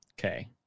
Okay